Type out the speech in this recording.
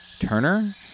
turner